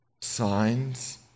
signs